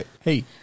Hey